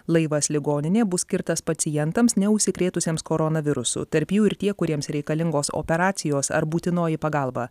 laivas ligoninė bus skirtas pacientams neužsikrėtusiems koronavirusu tarp jų ir tie kuriems reikalingos operacijos ar būtinoji pagalba